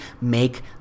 make